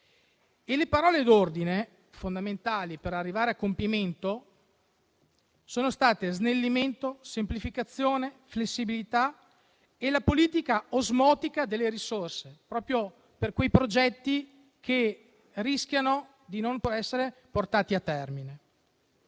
Le parole d'ordine, fondamentali per arrivare a compimento, sono state snellimento, semplificazione, flessibilità e politica osmotica delle risorse, proprio per quei progetti che rischiano di non essere portati a termine.